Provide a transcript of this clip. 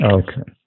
okay